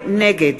נגד